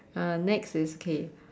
uh next is okay